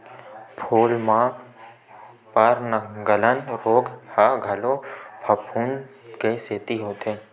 फूल म पर्नगलन रोग ह घलो फफूंद के सेती होथे